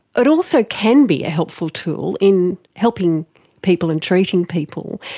but also can be a helpful tool in helping people and treating people.